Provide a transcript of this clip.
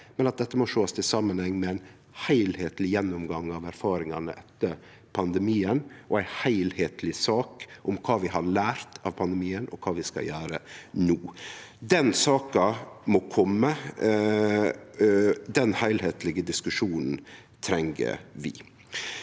og at dette må sjåast i samanheng med ein heilskapleg gjennomgang av erfaringane etter pandemien og ei heilskapleg sak om kva vi har lært av pandemien, og kva vi skal gjere no. Den saka må kome – den heilskaplege diskusjonen treng vi.